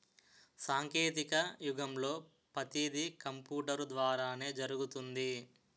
సాంకేతిక యుగంలో పతీది కంపూటరు ద్వారానే జరుగుతుంది